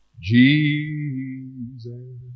Jesus